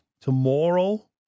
tomorrow